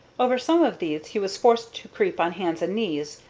over some of these he was forced to creep on hands and knees,